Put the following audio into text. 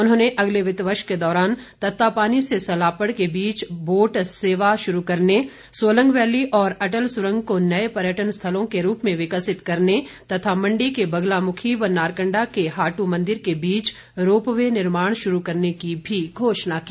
उन्होंने अगले वित्त वर्ष के दौरान तत्तापानी से सलापड़ के बीच बोट सेवा शुरू करने सोलंग वैली और अटल सुरंग को नए पर्यटन स्थलों के रूप में विकसित करने तथा मंडी के बगलामुखी और नारकंडा से हादू मंदिर के बीच रोपवे निर्माण शुरू करने की भी घोषणा की